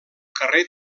carrer